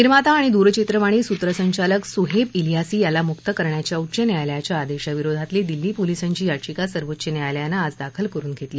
निर्माता आणि द्रचित्रवाणी सूत्रसंचालक सुहेब इलियासी याला मुक्त करण्याच्या उच्च न्यायालयाच्या आदेशाविरोधातली दिल्ली पोलिसांची याचिका सर्वोच्च न्यायालयानं आज दाखल करुन घेतली